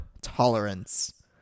tolerance